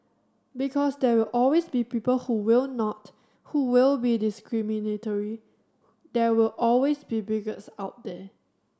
because there will always be people who will not who will be discriminatory there will always be bigots out there